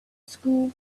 school